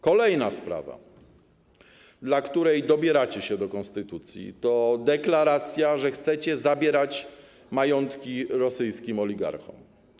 Kolejna sprawa, dla której dobieracie się do konstytucji, to deklaracja, że chcecie zabierać majątki rosyjskim oligarchom.